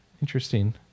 interesting